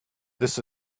this